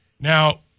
Now